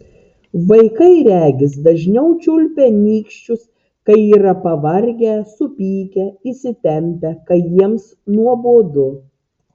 vaikai regis dažniau čiulpia nykščius kai yra pavargę supykę įsitempę kai jiems nuobodu